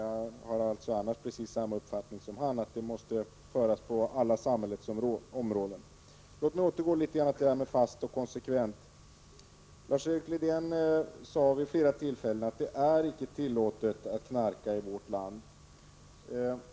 Jag har alltså annars precis samma uppfattning som Lars-Erik Lövdén, att bekämpningen måste föras på alla samhällets områden. Låt mig återgå till den fasta och konsekventa politiken. Lars-Erik Lövdén sade vid flera tillfällen att det icke är tillåtet att knarka i vårt land.